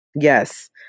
Yes